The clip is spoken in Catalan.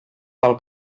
pel